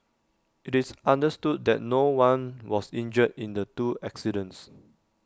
IT is understood that no one was injured in the two accidents